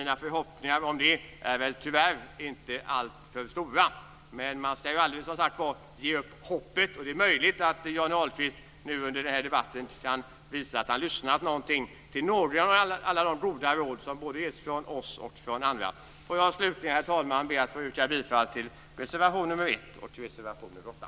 Mina förhoppningar om det är tyvärr inte alltför stora. Men man ska ju aldrig ge upp hoppet. Det är möjligt att Johnny Ahlqvist under debatten kan visa att han har lyssnat till några av de goda råd som ges från oss och andra. Jag vill slutligen be att få yrka bifall till reservationerna 1 och 8.